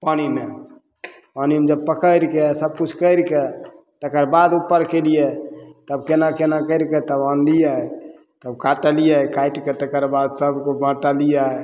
मे पानिमे जब पकड़िके सबकिछु करिके तकरबाद उपर कयलियै तब केना केना करिके तब अनलियै तब काटलियै काटिके तकरबाद सबके बँटलियै